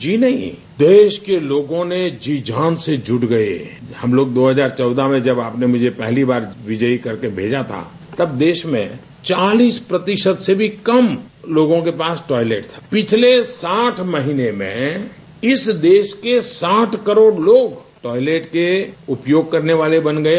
जी नहीं देश के लोगों ने जी जान से जुट गये हम लोग दो हजार चौदह में जब आपने मुझे पहली बार विजयी करके भेजा था तब देश में चालीस प्रतिशत से भी कम लोगों के पास टॉयलट था पिछले साठ महीने में इस देश के साठ करोड़ लोग टॉयलट के उपयोग करने वाले बन गये